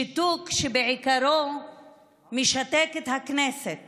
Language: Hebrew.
שיתוק שבעיקרו משתק את הכנסת